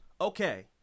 Okay